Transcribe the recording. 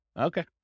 Okay